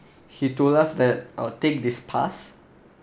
he told us that uh take this pass